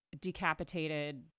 decapitated